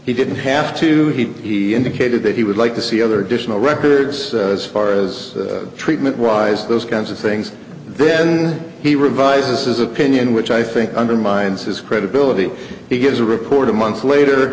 he didn't have to keep he indicated that he would like to see other additional records as far as treatment wise those kinds of things then he revised his opinion which i think undermines his credibility he gives a report a month later